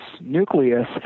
nucleus